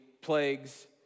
plagues